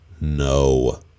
No